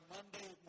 Monday